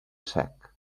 sec